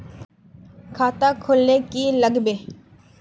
खाता खोल ले की लागबे?